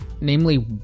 namely